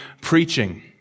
preaching